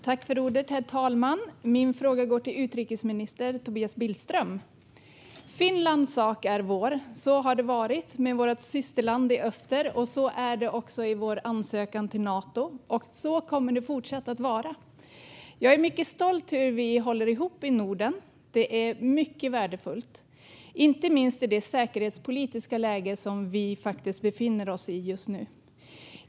Herr talman! Min fråga går till utrikesminister Tobias Billström. Finlands sak är vår. Så har det varit med vårt systerland i öster. Så är det också i vår ansökan till Nato, och så kommer det att fortsätta att vara. Jag är mycket stolt över hur vi håller ihop i Norden. Det är mycket värdefullt, inte minst i det säkerhetspolitiska läge som vi faktiskt befinner oss i just nu.